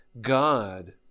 God